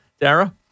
Dara